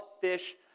fish